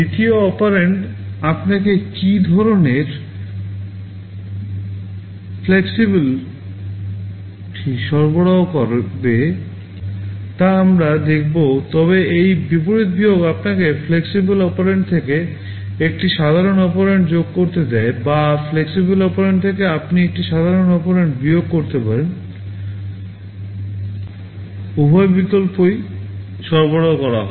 দ্বিতীয় অপারেন্ড কী ধরণের flexibility দেখাবে তা আমরা দেখব তবে বিয়োগের বিপরীত এই FLEXIBLE অপারেন্ড এর সাথে একটি সাধারণ অপরেন্ড যোগ বা FLEXIBLE অপারেন্ড থেকে একটি সাধারণ অপারেন্ড বিয়োগ করা যেতে পারে উভয় বিকল্পই সরবরাহ করা হয়